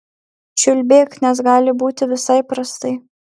čiulbėk nes gali būti visai prastai